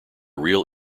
real